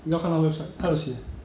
你要看他的 website 他有写